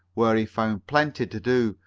where he found plenty to do,